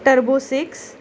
turbo six